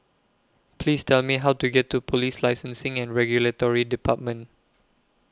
Please Tell Me How to get to Police Licensing and Regulatory department